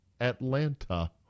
Atlanta